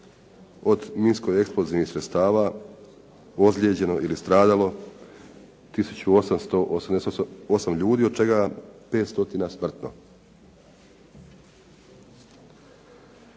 od minsko-eksplozivnih sredstava ozlijeđeno ili stradalo tisuću 888 ljudi, od čega 500 smrtno.